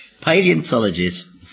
Paleontologists